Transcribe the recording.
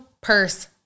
purse